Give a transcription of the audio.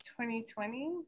2020